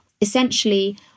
essentially